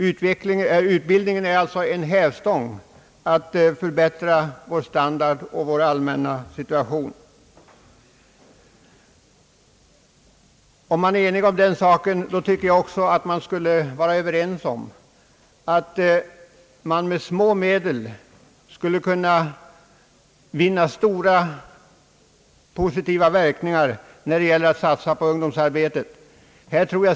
Utbildningen är en hävstång när det gäller att förbättra vår standard och vår allmänna situation. Är vi eniga om den saken, tycker jag att vi också borde vara Överens om att vi med små medel skulle kunna vinna stora positiva fördelar genom att satsa på ungdomsarbetet.